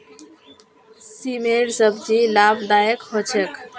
सेमेर सब्जी लाभदायक ह छेक